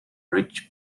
rich